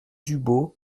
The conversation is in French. dubos